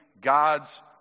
God's